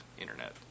internet